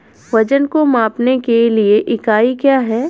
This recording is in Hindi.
वजन को मापने के लिए इकाई क्या है?